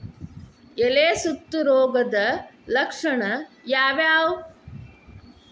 ಎಲೆ ಸುತ್ತು ರೋಗದ ಲಕ್ಷಣ ಯಾವ್ಯಾವ್?